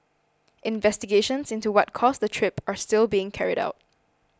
investigations into what caused the trip are still being carried out